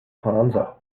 panza